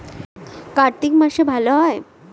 কার্তিক মাসে ভালো হয়?